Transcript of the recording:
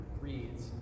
reads